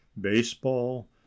baseball